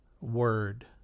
word